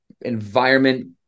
environment